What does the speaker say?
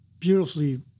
beautifully